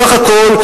בסך הכול,